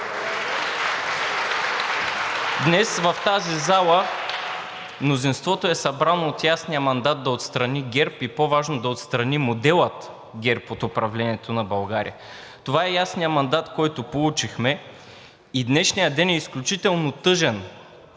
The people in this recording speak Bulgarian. Днес в тази зала мнозинството е събрано от ясния мандат да отстрани ГЕРБ, и по-важно – да отстрани модела ГЕРБ от управлението на България. Това е ясният мандат, който получихме, и днешният ден е изключително тъжен